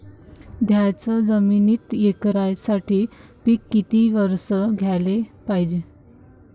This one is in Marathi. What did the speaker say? थ्याच जमिनीत यकसारखे पिकं किती वरसं घ्याले पायजे?